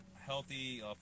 healthy